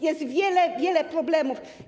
Jest wiele, wiele problemów.